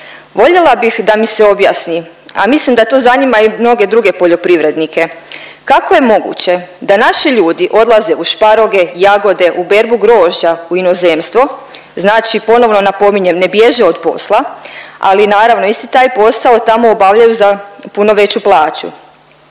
Voljela bih da mi se objasni, a mislim da to zanima i mnoge druge poljoprivrednike, kako je moguće da naši ljudi odlaze u šparoge, jagode, u berbu grožđa u inozemstvo, znači ponovno napominjem ne bježe od posla, ali naravno isti taj posao obavljaju za puno veću plaću.